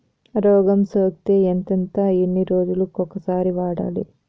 రోగం సోకితే ఎంతెంత ఎన్ని రోజులు కొక సారి వాడాలి?